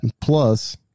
plus